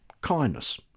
kindness